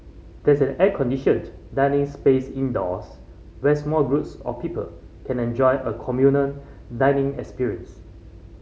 there's an air conditioned dining space indoors where small groups of people can enjoy a communal dining experience